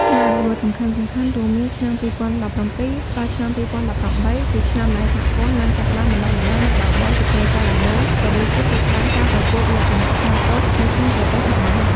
ការអភិវឌ្ឍន៍សំខាន់ៗរួមមានឆ្នាំ ២០១៧-២០១៨ ជាឆ្នាំដែលសហព័ន្ធបានចាប់ផ្ដើមបណ្តុះបណ្តាលអ្នកបើកបរ ជាផ្លូវការដំបូង ក៏ដូចជាផ្ដួចផ្ដើមការប្រកួតលក្ខណៈខ្នាតតូចនៅក្នុងប្រទេសផងដែរ។